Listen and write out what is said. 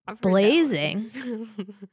blazing